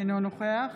אינו נוכח